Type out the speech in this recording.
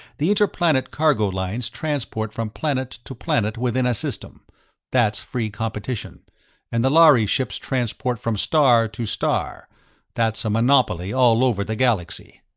the interplanet cargo lines transport from planet to planet within a system that's free competition and the lhari ships transport from star to star that's a monopoly all over the galaxy.